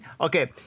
okay